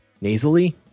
nasally